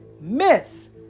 Miss